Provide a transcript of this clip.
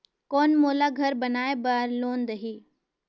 कौन मोला घर बनाय बार लोन देही?